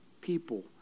people